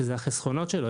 שזה החסכונות שלו,